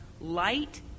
light